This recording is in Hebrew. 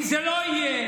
אם זה לא יהיה,